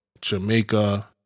Jamaica